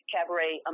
Cabaret